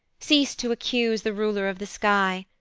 cease to accuse the ruler of the sky.